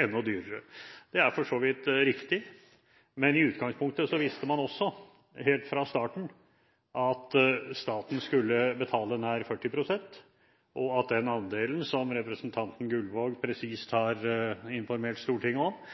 enda dyrere. Det er for så vidt riktig, men i utgangspunktet visste man også helt fra starten at staten skulle betale nær 40 pst. Den andelen, som representanten Gullvåg presist har informert Stortinget om,